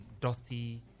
Dusty